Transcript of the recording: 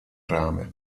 rame